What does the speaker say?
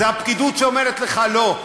זו הפקידות שאומרת לך: לא,